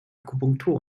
akupunktur